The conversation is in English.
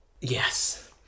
Yes